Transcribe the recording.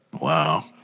Wow